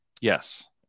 Yes